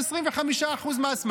יש 25% מס.